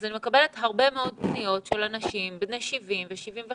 אז אני מקבלת הרבה מאוד פניות של אנשים בני 70 ו-75.